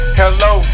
hello